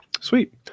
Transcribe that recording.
sweet